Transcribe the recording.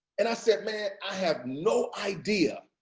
and i said, man, i have no idea.